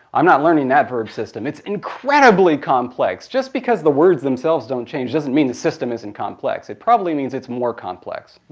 i'm not learning that verb system. it's incredibly complex. just because the words themselves don't change, doesn't mean the system isn't complex. it probably means it's more complex.